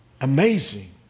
amazing